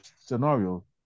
scenario